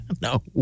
No